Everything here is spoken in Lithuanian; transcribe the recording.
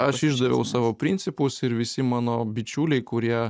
aš išdaviau savo principus ir visi mano bičiuliai kurie